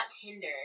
Tinder